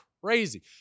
crazy